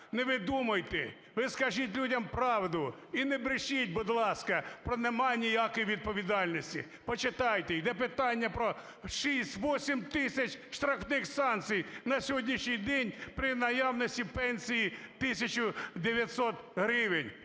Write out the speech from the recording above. Не видумуйте, ви скажіть людям правду і не брешіть, будь ласка, про "нема ніякої відповідальності". Почитайте. Іде питання про 6-8 тисяч штрафних санкцій на сьогоднішній день при наявності пенсії 1 тисяча 900 гривень.